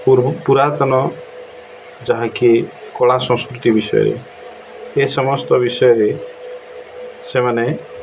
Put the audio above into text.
ପୂର୍ବ ପୁରାତନ ଯାହାକି କଳା ସଂସ୍କୃତି ବିଷୟରେ ଏ ସମସ୍ତ ବିଷୟରେ ସେମାନେ